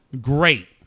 Great